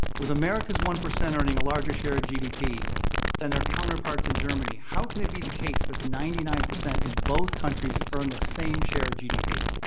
with america's one percent earning a larger share of gdp than their counterparts in germany, how can it be the case that the ninety nine percent in both countries earn the same share of gdp.